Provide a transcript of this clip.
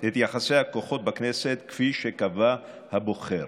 את יחסי הכוחות בכנסת כפי שקבע הבוחר.